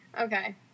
okay